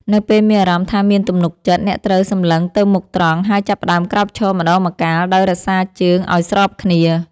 នៅពេលមានអារម្មណ៍ថាមានទំនុកចិត្ត អ្នកត្រូវសម្លឹងទៅមុខត្រង់ ហើយចាប់ផ្ដើមក្រោកឈរម្ដងម្កាលដោយរក្សាជើងឱ្យស្របគ្នា។